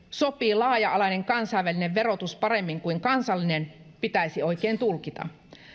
sopii laaja alainen kansainvälinen verotus paremmin kuin kansallinen pitäisi oikein tulkita